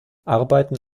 arbeiten